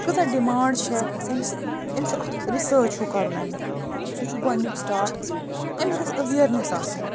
کۭژاہ ڈِمانڈ چھےٚ أمِس أمِس چھُ اَکھ رِسٲرٕچ ہیٚو کَرُن اَمیُک سُہ چھُ گۄڈٕنیُک سِٹاٹ أمِس گَژھ ایٚویرنٮ۪س آسٕنۍ